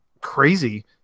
crazy